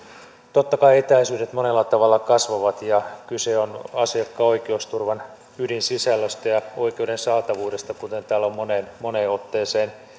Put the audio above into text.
totta kai etäisyydet monella tavalla kasvavat ja kyse on asiakkaan oikeusturvan ydinsisällöstä ja ja oikeuden saatavuudesta kuten täällä on moneen moneen otteeseen